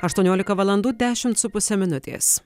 aštuoniolika valandų dešimt su puse minutės